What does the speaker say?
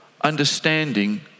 understanding